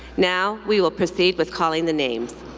now, we will proceed with calling the names.